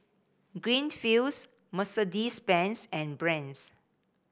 Greenfields Mercedes Benz and Brand's